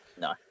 No